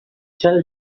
tell